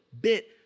bit